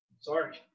Sorry